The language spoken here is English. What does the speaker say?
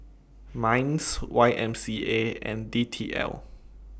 Minds Y M C A and D T L